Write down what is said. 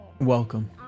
Welcome